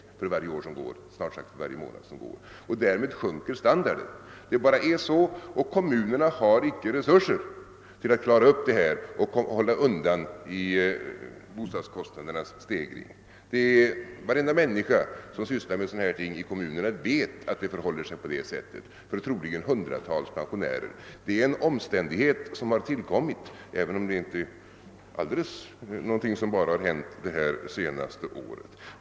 Därmed sjunker standarden. Kommunerna har inte resurser för att hålla undan för bostadskostnadernas stegring. Varenda människa som sysslar med dessa frågor i kommunerna vet att det för håller sig på det sättet för troligen hundratusentals pensionärer.